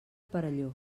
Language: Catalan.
perelló